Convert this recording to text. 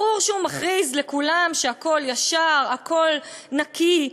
ברור שהוא מכריז לכולם שהכול ישר, הכול נקי,